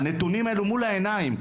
הנתונים האלו מול העיניים,